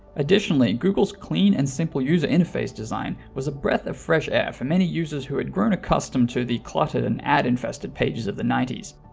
additionally, google's clean and simple user interface design was a breath of fresh air for many users who had grown accustomed to the cluttered and ad infested pages of the ninety s.